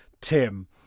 Tim